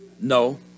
No